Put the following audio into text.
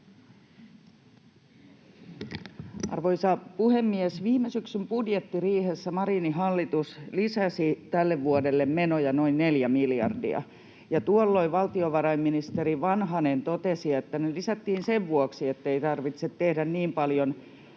Arvoisa puhemies! Viime syksyn budjettiriihessä Marinin hallitus lisäsi tälle vuodelle menoja noin 4 miljardia, ja tuolloin valtiovarainministeri Vanhanen totesi, että ne lisättiin sen vuoksi, ettei tarvitse tehdä niin paljon